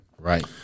Right